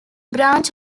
branch